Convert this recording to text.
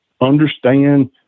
understand